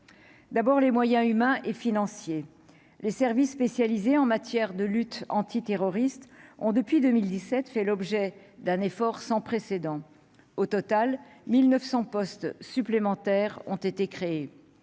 d'abord les moyens humains et financiers, les services spécialisés en matière de lutte anti-terroriste ont depuis 2017 fait l'objet d'un effort sans précédent, au total 1900 postes supplémentaires ont été créés